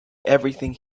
everything